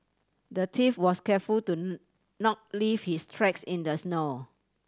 the thief was careful to not leave his tracks in the snow